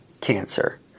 cancer